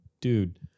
dude